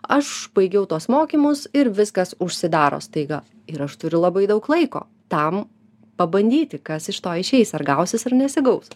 aš baigiau tuos mokymus ir viskas užsidaro staiga ir aš turiu labai daug laiko tam pabandyti kas iš to išeis ar gausis ar nesigaus